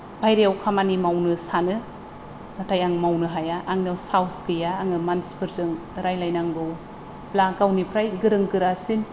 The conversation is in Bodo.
बायहेरायाव खामानि मावनो सानो नाथाय आं मावनो हाया आंनाव साहस गैया आङो मानसिफोरजों रायज्लायनांगौब्ला गावनिफ्राय गोरों गोरासिन